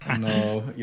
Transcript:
No